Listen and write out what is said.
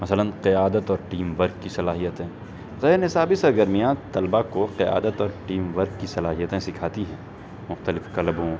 مثلاً قیادت اور ٹیم ورک کی صلاحیتیں غیر نصابی سرگرمیاں طلبہ کو قیادت اور ٹیم ورک کی صلاحیتیں سکھاتی ہیں مختلف کلبوں